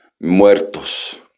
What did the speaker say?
muertos